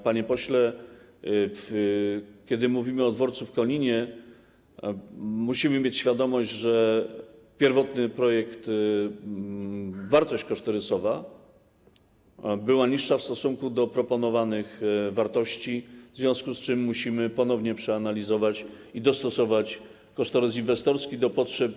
Panie pośle, kiedy mówimy o dworcu w Koninie, musimy mieć świadomość, że pierwotny projekt, wartość kosztorysowa była niższa w stosunku do proponowanych wartości, w związku z czym musimy ponownie przeanalizować i dostosować kosztorys inwestorski do potrzeb.